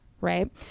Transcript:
right